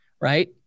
right